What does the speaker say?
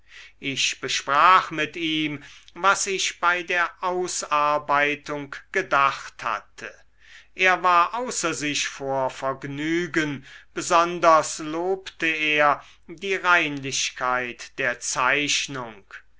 ich besprach mit ihm was ich bei der ausarbeitung gedacht hatte er war außer sich vor vergnügen besonders lobte er die reinlichkeit der zeichnung